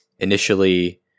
Initially